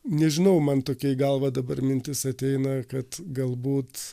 nežinau man tokia į galvą dabar mintis ateina kad galbūt